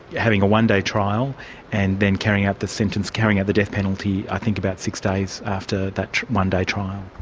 having a one-day trial and then carrying out the sentence, carrying out the death penalty i think about six days after that one-day trial.